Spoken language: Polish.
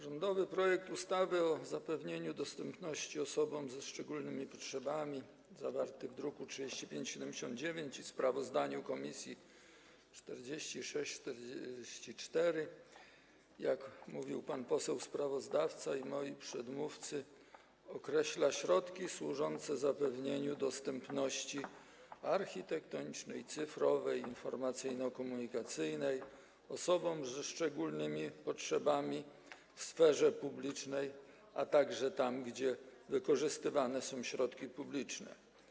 Rządowy projekt ustawy o zapewnianiu dostępności osobom ze szczególnymi potrzebami, zawarty w druku nr 3579, sprawozdanie komisji to druk nr 4644, jak mówili pan poseł sprawozdawca i moi przedmówcy, określa środki służące zapewnieniu dostępności architektonicznej, cyfrowej i informacyjno-komunikacyjnej osobom ze szczególnymi potrzebami w sferze publicznej, a także tam, gdzie wykorzystywane są środki publiczne.